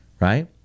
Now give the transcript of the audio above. right